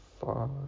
five